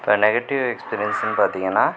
இப்போ நெகட்டிவ் எக்ஸ்பீரியன்ஸ்னு பார்த்தீங்கன்னா